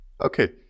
Okay